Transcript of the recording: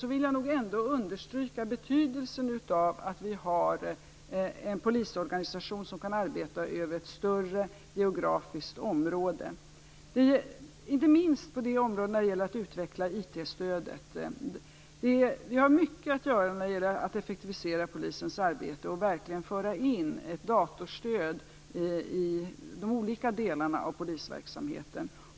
Jag vill ändå understryka betydelsen av att vi har en polisorganisation som kan arbeta över ett större geografiskt område, inte minst när det gäller utvecklingen av IT-stödet. Vi har mycket att göra när det gäller att effektivisera polisens arbete och verkligen föra in ett datorstöd i de olika delarna av polisverksamheten.